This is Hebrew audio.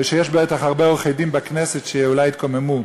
ויש הרבה עורכי-דין בכנסת שאולי יתקוממו: